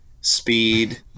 speed